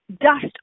dust